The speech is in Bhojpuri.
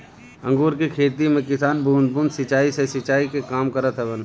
अंगूर के खेती में किसान बूंद बूंद सिंचाई से सिंचाई के काम करत हवन